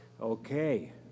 Okay